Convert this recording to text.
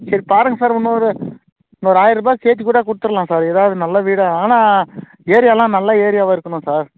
சரி பாருங்கள் சார் இன்னோரு இன்னோரு ஆயரூபா சேர்த்துக்கூட கொடுத்துடுலா சார் எதாவது நல்ல வீடாக ஆனால் ஏரியாவுலாம் நல்ல ஏரியாவாக இருக்கணும் சார்